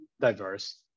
diverse